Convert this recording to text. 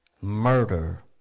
Murder